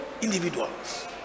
individuals